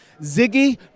Ziggy